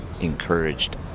encouraged